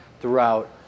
throughout